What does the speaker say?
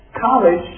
College